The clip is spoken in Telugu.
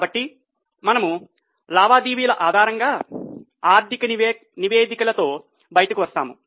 కాబట్టి మనము లావాదేవీల ఆధారంగా ఆర్థిక నివేదికలతో బయటకు వస్తాము